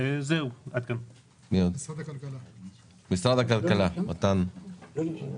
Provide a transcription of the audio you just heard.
משרד הכלכלה, בבקשה.